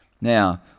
Now